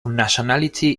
nationality